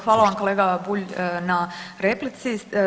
Hvala vam kolega Bulj na replici.